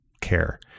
care